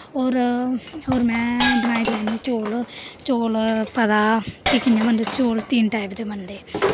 होर होर में बनाई लैन्नीं चौल चौल पता कि कि'यां बनदे चौल तिन्न टाइप दे बनदे